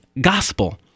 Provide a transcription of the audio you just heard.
gospel